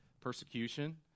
persecution